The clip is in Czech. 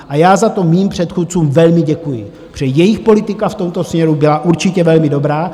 A já za to mým předchůdcům velmi děkuji, protože jejich politika v tomto směru byla určitě velmi dobrá.